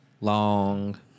long